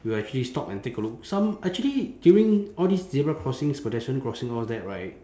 will actually stop and take a look some actually during all these zebra crossings pedestrian crossing all that right